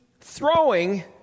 throwing